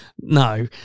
No